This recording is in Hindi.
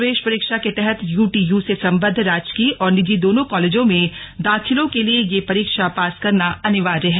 प्रवेश परीक्षा के तहत यूटीयू से सम्बद्व राजकीय और निजी दोनों कॉलेजों में दाखिलों के लिए यह परीक्षा पास करना अनिवार्य है